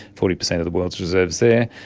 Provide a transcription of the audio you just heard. forty percent of the world's reserves there.